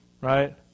right